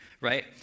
right